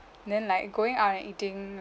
then like going out and eating